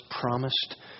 promised